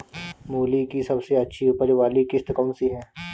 मूली की सबसे अच्छी उपज वाली किश्त कौन सी है?